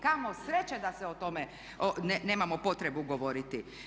Kamo sreće da se o tome, da nemao potrebu govoriti.